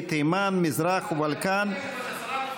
אדוני היושב-ראש,